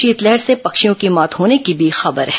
शीतलहर से पक्षियों की मौत होने की भी खबर है